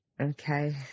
Okay